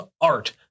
art